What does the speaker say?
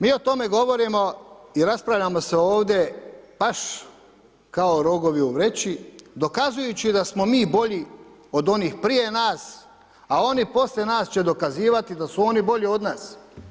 Mi o tome govorimo i raspravljamo se ovdje baš kao rogovi u vreći dokazujući da smo mi bolji od onih prije nas, a oni poslije nas će dokazivati da su oni bolji od nas.